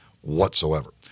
whatsoever